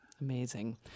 Amazing